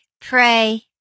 pray